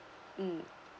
mm